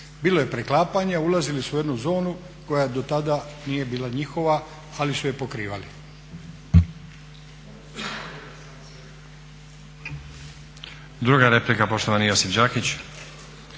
Bilo je preklapanje, ulazili su u jednu zonu koja dotada nije bila njihova ali su je pokrivali.